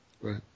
right